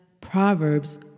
Proverbs